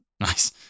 Nice